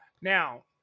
Now